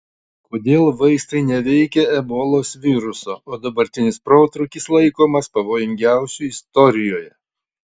kodėl vaistai neveikia ebolos viruso o dabartinis protrūkis laikomas pavojingiausiu istorijoje